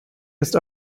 ist